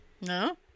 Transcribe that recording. No